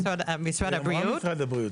אמרתי, משרד הבריאות.